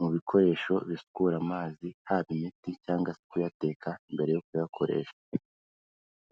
mu bikoresho bisukura amazi haba imiti cyangwa kuyateka mbere yo kuyakoresha.